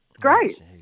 Great